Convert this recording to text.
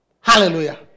Hallelujah